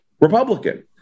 Republican